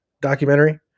documentary